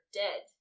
dead